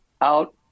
out